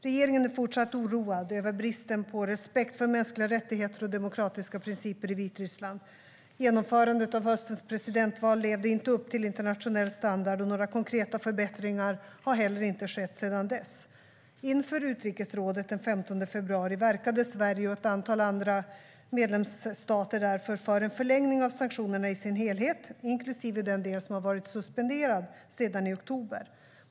Regeringen är fortsatt oroad över bristen på respekt för mänskliga rättigheter och demokratiska principer i Vitryssland. Genomförandet av höstens presidentval levde inte upp till internationell standard, och några konkreta förbättringar har heller inte skett sedan dess. Inför utrikesrådet den 15 februari verkade Sverige och ett antal andra medlemsstater därför för en förlängning av sanktionerna i deras helhet, inklusive den del som varit suspenderad sedan i oktober.